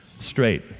straight